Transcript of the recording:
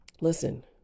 Listen